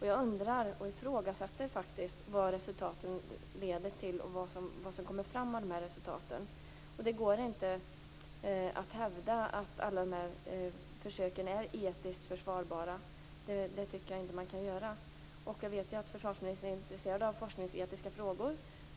Jag undrar, och har faktiskt ifrågasatt, vad som blir resultatet, vad som kommer fram av detta. Det går inte att hävda att alla sådana här försök är etiskt försvarbara; det tycker jag inte att man kan göra. Jag vet att försvarsministern är intresserad av forskningsetiska frågor.